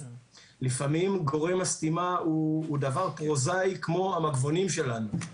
לפעמים גורם הסתימה הוא דבר פרוזאי כמו המגבונים שלנו.